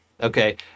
Okay